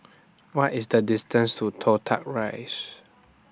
What IS The distance to Toh Tuck Rise